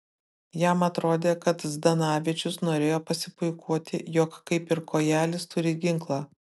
jam atrodė kad zdanavičius norėjo pasipuikuoti jog kaip ir kojelis turi ginklą